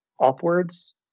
upwards